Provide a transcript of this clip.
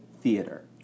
theater